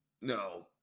no